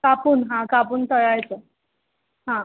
कापून हां कापून तळायचं हां